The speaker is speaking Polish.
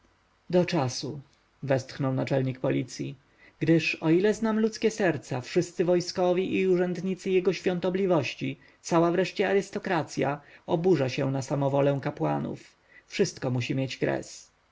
do czasu westchnął naczelnik policji gdyż o ile znam ludzkie serca wszyscy wojskowi i urzędnicy jego świątobliwości cała wreszcie arystokracja oburza się na samowolę kapłanów wszystko musi mieć kres